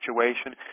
situation